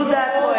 זו דעתו.